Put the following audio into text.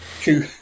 two